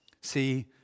See